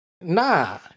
nah